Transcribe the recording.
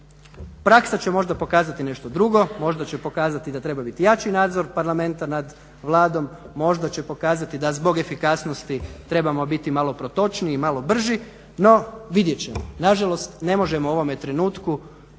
Praksa će možda pokazati nešto drugo, možda će pokazati da treba biti jači nadzor Parlamenta nad Vladom, možda će pokazati da zbog efikasnosti trebamo biti malo protočniji i malo brži. No vidjet ćemo. Nažalost ne možemo u ovom trenutku